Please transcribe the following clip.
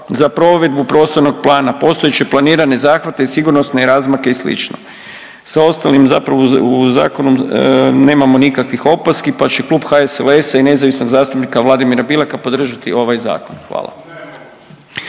za provedbu prostornog plana, postojeće planirane zahvate i sigurnosne razmake i slično. Sa ostalim zapravo u zakonom nemamo nikakvih opaski, pa će Klub HSLS-a i nezavisnog zastupnika Vladimira Bileka podržati ovaj zakon, hvala.